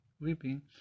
weeping